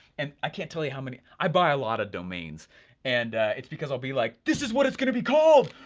and i can't tell you how many i buy a lot of domains and it's because i'll be like, this is what it's gonna be called!